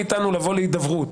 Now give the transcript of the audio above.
מונע מאיתנו לבוא להידברות".